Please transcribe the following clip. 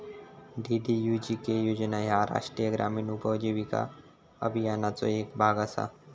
DDUGK योजना ह्या राष्ट्रीय ग्रामीण उपजीविका अभियानाचो येक भाग असा